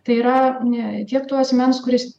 tai yra tiek to asmens kuris